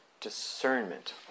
discernment